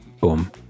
boom